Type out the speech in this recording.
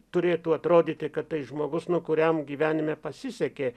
turėtų atrodyti kad tai žmogus nu kuriam gyvenime pasisekė